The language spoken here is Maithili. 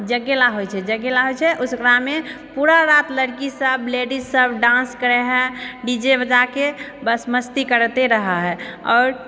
जगेला होइ छै जगेला होइ छै ओहिसँ ओकरामे पूरा रात लड़कीसब लेडीससब डान्स करै हइ डी जे बजाकऽ बस मस्ती करितै रहै हइ आओर